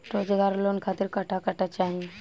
रोजगार लोन खातिर कट्ठा कट्ठा चाहीं?